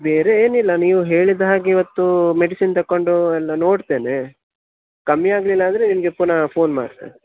ಬೇರೆ ಏನಿಲ್ಲ ನೀವು ಹೇಳಿದ ಹಾಗೆ ಇವತ್ತು ಮೆಡಿಸಿನ್ ತಕ್ಕೊಂಡು ಎಲ್ಲ ನೋಡ್ತೇನೆ ಕಮ್ಮಿ ಆಗಲಿಲ್ಲ ಅಂದರೆ ನಿಮಗೆ ಪುನಃ ಫೋನ್ ಮಾಡ್ತೆ